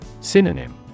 Synonym